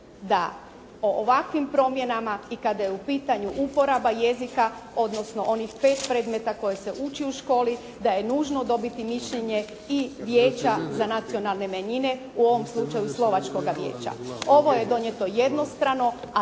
da o ovakvim promjenama i kada je u pitanju uporaba jezika, odnosno onih 5 predmeta koje se uči u školi da je nužno dobiti mišljenje i Vijeća za nacionalne manjine, u ovom slučaju slovačkoga vijeća. Ovo je donijeto jednostrano,